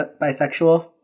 bisexual